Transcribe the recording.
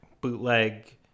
bootleg